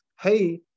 hey